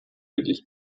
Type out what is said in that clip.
wirklich